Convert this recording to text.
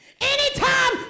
Anytime